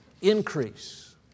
Increase